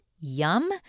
Yum